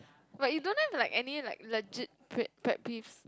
like you don't have like any like legit pet~ pet peeves